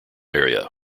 area